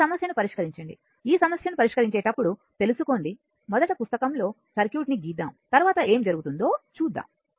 ఈ సమస్యను పరిష్కరించండి ఈ సమస్యను పరిష్కరించేటప్పుడు తెలుసుకోండి మొదట పుస్తకంలో సర్క్యూట్ ని గీద్దాము తరువాత ఏమి జరుగుతుందో చూద్దాము